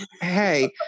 hey